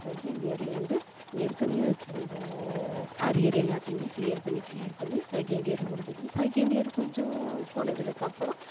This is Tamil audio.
செகண்ட் இயர்லேந்து ஏற்கனவே வச்சுருந்த அரியர் எல்லாத்தையுமே க்ளியர் பண்ணி க்ளியர் பண்ணி செகண்ட் இயரும் முடிஞ்சிடுச்சு செகண்ட் இயர் கொஞ்சம் போனதுலக்கு அப்புறோம்